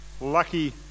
lucky